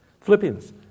Philippians